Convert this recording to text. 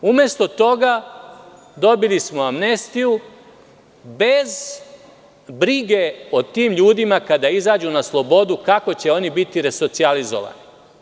Umesto toga dobili smo amnestiju, bez brige o tim ljudima kada izađu na slobodu, kako će oni biti resocijalizovani.